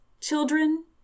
children